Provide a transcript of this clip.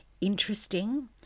interesting